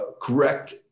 correct